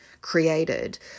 created